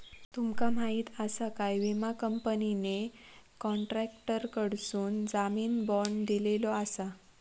तुमका माहीत आसा काय, विमा कंपनीने कॉन्ट्रॅक्टरकडसून जामीन बाँड दिलेलो आसा